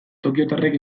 tokiotarrek